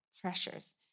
pressures